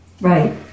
Right